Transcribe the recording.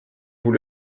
vous